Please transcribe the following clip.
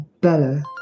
Bella